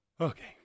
Okay